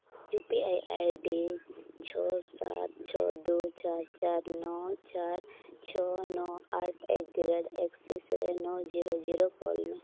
U P I ID ᱪᱷᱚ ᱥᱟᱛ ᱪᱷᱚ ᱫᱩ ᱪᱟᱨ ᱪᱟᱨ ᱱᱚ ᱪᱟᱨ ᱪᱷᱚ ᱱᱚ ᱟᱴ ᱮᱴᱫᱟᱼᱨᱮᱹᱴ ᱮᱠᱥᱤᱥ ᱨᱮ ᱱᱚ ᱡᱤᱨᱳ ᱡᱤᱨᱳ ᱠᱳᱞ ᱢᱮ